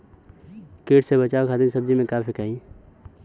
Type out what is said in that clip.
कीट से बचावे खातिन सब्जी में का फेकाई?